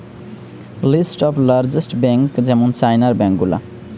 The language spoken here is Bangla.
লিস্ট অফ লার্জেস্ট বেঙ্ক যেমন চাইনার ব্যাঙ্ক গুলা